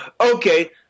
Okay